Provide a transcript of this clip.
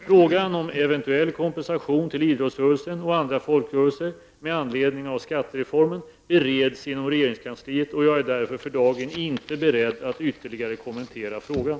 Frågan om eventuell kompensation till idrottsrörelsen och andra folkrörelser med anledning av skattereformen bereds inom regeringskansliet, och jag är därför för dagen inte beredd att ytterligare kommentera frågan.